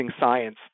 science